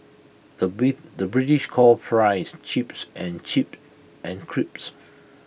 the the British calls Fries Chips and chips and crisps